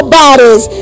bodies